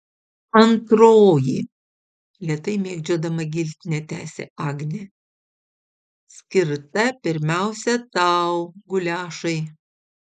antroji lėtai mėgdžiodama giltinę tęsia agnė skirta pirmiausia tau guliašai